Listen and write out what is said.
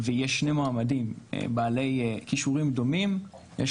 ויש שני מועמדים בעלי כישורים דומים יש